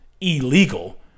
illegal